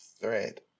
thread